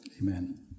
Amen